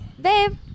babe